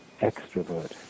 extrovert